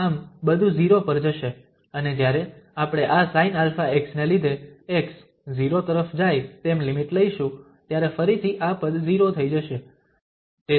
આમ બધું 0 પર જશે અને જ્યારે આપણે આ sinαx ને લીધે x 0 તરફ જાય તેમ લિમિટ લઈશું ત્યારે ફરીથી આ પદ 0 થઈ જશે